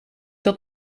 dat